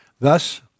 Thus